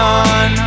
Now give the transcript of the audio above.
on